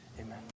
Amen